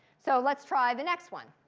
so let's try the next one.